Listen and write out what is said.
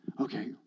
Okay